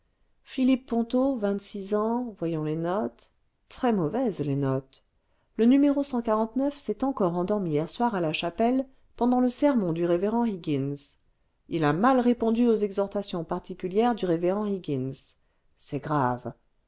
philippe ponto vingt-six ans voyons les notes très mauvaises les notes le n s'est encore endormi hier soir à la chapelle pendant le sermon du révérend higgins il a mal répondu aux exhortations particulières du révérend higgins c'est grave